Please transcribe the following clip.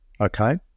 Okay